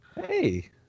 Hey